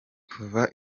kuva